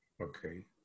Okay